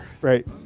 right